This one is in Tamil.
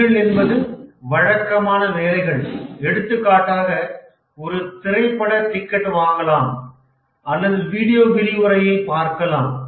பணிகள் என்பது வழக்கமான வேலைகள் எடுத்துக்காட்டாக ஒரு திரைப்பட டிக்கெட்டை வாங்கலாம் அல்லது வீடியோ விரிவுரையைப் பார்க்கலாம்